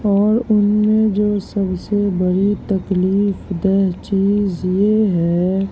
اور ان میں جو سب سے بڑی تکلیف دہ چیز یہ ہے